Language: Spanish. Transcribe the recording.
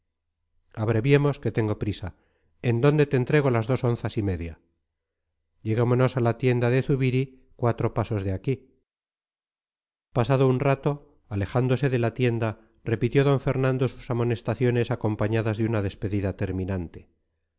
abreviemos que tengo prisa en dónde te entrego las dos onzas y media lleguémonos a la tienda de zubiri cuatro pasos de aquí pasado un rato alejándose de la tienda repitió d fernando sus amonestaciones acompañadas de una despedida terminante